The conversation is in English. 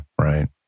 right